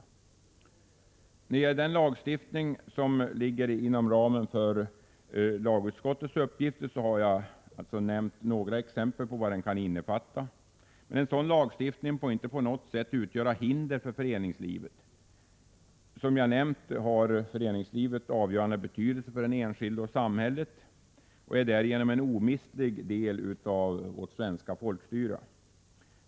När det gäller den lagstiftning som ligger inom ramen för lagutskottets uppgifter har jag gett några exempel på vad sådan kan innefatta. En sådan lagstiftning får inte på något sätt utgöra hinder för föreningslivet. Som jag nämnt har föreningslivet en avgörande betydelse för den enskilde och för samhället och är därigenom en omistlig del av vårt svenska folkstyre.